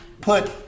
put